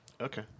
Okay